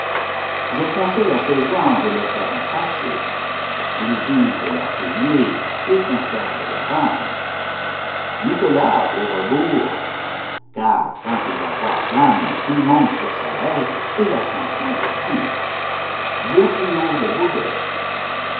je conseille à ces gens de le faire enchâsser ils usent leurs souliers et conservent leur âne nicolas au rebours car quand il va voir jeanne il monte sur sa bête et la chanson le dit beau trio de baudets